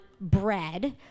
bread